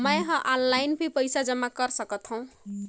मैं ह ऑनलाइन भी पइसा जमा कर सकथौं?